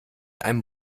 einem